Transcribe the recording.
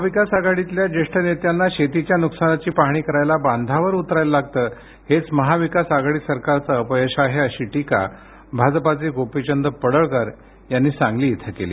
महाविकास आघाडीतल्या ज्येष्ठ नेत्यांना शेतीच्या नुकसानाची पाहणी करायला बांधावर उतरायला लागत हेच महाविकासआघाडी सरकारच अपयश आहे अशी टिका भाजपाचे गोपिचंद पडळकर यांनी केली